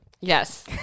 yes